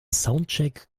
soundcheck